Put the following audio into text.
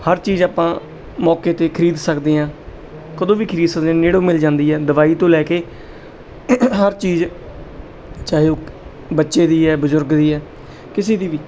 ਹਰ ਚੀਜ਼ ਆਪਾਂ ਮੌਕੇ 'ਤੇ ਖ਼ਰੀਦ ਸਕਦੇ ਹਾਂ ਕਦੋਂ ਵੀ ਖਰੀਦ ਸਕਦੇ ਹਾਂ ਨੇੜਿਓ ਮਿਲ ਜਾਂਦੀ ਹੈ ਦਵਾਈ ਤੋਂ ਲੈ ਕੇ ਹਰ ਚੀਜ਼ ਚਾਹੇ ਉਹ ਬੱਚੇ ਦੀ ਹੈ ਬਜ਼ੁਰਗ ਦੀ ਹੈ ਕਿਸੇ ਦੀ ਵੀ